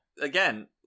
again